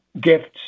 gifts